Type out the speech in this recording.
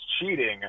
cheating